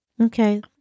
Okay